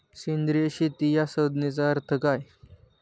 सेंद्रिय शेती या संज्ञेचा अर्थ काय?